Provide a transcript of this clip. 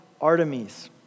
Artemis